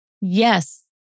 yes